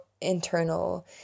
internal